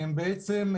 בעצם,